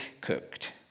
cooked